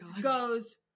goes